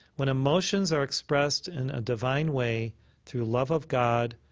when emotions are expressed in a divine way through love of god,